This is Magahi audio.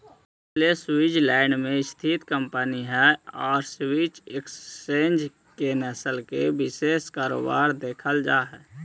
नेस्ले स्वीटजरलैंड में स्थित कंपनी हइ आउ स्विस एक्सचेंज में नेस्ले के विशेष कारोबार देखल जा हइ